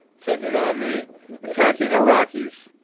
taking on the attacking iraqis,